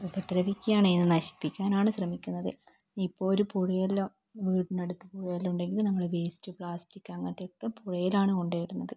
ഉപദ്രവിക്കാണെ നശിപ്പിക്കാനാണ് ശ്രമിക്കുന്നത് ഇപ്പോൾ ഒരു പുഴയെല്ലാം വീടിനടുത്ത് പുഴ വല്ലതും ഉണ്ടെങ്കിൽ നമ്മൾ വേസ്റ്റ് പ്ലാസ്റ്റിക് അങ്ങനത്തെ ഒക്കെ പുഴയിലാണ് കൊണ്ടു പോയി ഇടുന്നത്